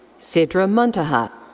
sidra muntaha.